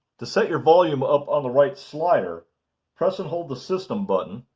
to set your volume up on the right slider press and hold the system button